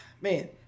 Man